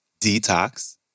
Detox